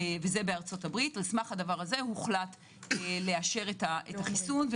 וזה בארצות הברית הוחלט לאשר את החיסון,